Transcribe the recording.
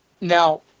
now